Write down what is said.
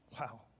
Wow